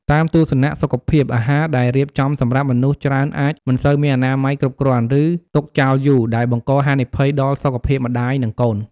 តាមទស្សនៈសុខភាព អាហារដែលរៀបចំសម្រាប់មនុស្សច្រើនអាចមិនសូវមានអនាម័យគ្រប់គ្រាន់ ឬទុកចោលយូរ ដែលបង្កហានិភ័យដល់សុខភាពម្តាយ និងកូន។